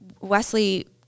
wesley